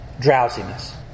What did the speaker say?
Drowsiness